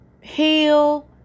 heal